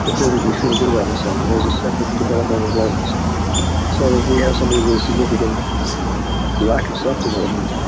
and third would be feeling good about yourself. and those are separate developmental levels so if we have somebody with a significant lack of self-development,